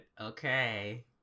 Okay